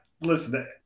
Listen